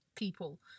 people